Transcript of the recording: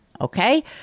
Okay